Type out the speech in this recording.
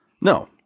No